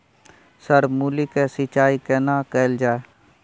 Sir मूली के सिंचाई केना कैल जाए?